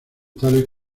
tales